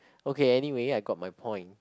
okay anyway I got my point